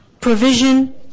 provision